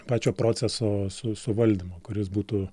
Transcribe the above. pačio proceso su suvaldymo kuris būtų